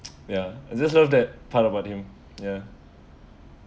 ya I just love that part about him ya